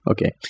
Okay